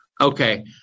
Okay